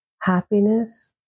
happiness